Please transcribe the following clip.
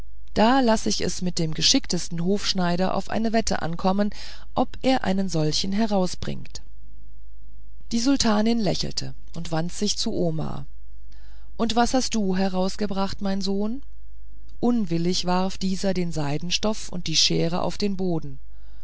da laß ich es mit dem geschicktesten hofschneider auf eine wette ankommen ob er einen solchen herausbringt die sultanin lächelte und wandte sich zu omar und was hast du herausgebracht mein sohn unwillig warf dieser den seidenstoff und die schere auf den boden